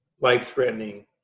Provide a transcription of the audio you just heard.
life-threatening